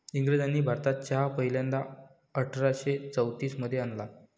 इंग्रजांनी भारतात चहा पहिल्यांदा अठरा शे चौतीस मध्ये आणला